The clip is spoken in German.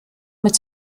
mit